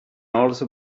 also